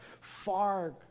far